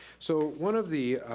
so one of the